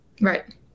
Right